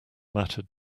mattered